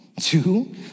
two